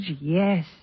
yes